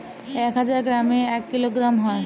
এক হাজার গ্রামে এক কিলোগ্রাম হয়